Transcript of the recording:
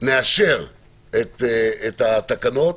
נאשר את התקנות,